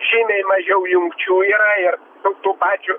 žymiai mažiau jungčių yra ir tų pačių